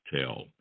Tell